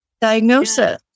diagnosis